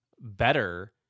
better